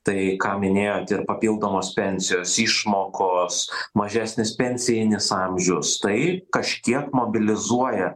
tai ką minėjot ir papildomos pensijos išmokos mažesnis pensijinis amžius tai kažkiek mobilizuoja